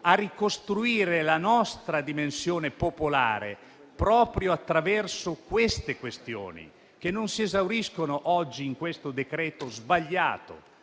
a ricostruire la nostra dimensione popolare proprio attraverso tali questioni che non si esauriscono oggi in questo provvedimento sbagliato,